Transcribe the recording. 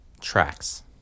tracks